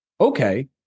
Okay